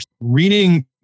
Reading